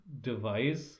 device